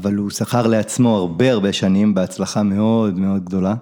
אבל הוא שכר לעצמו הרבה הרבה שנים בהצלחה מאוד מאוד גדולה.